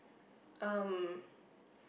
um